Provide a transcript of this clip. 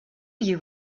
you